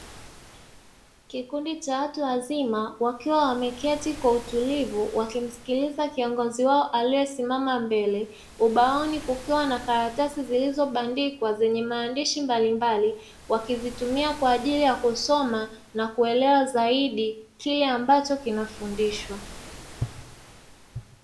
Kikundi cha watu wazima wakiwa wameketi kwa utulivu wakimsikiliza kiongozi wao aliyesimama mbele, ubaoni kukiwa na karatasi zilizobandikwa zenye maandishi mbalimbali, wakizitumia kwa ajili ya kusoma na kuelewa zaidi kile ambacho kimefundishwa.